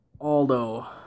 Aldo